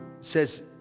Says